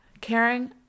Caring